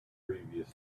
previous